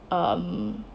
um